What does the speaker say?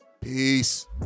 Peace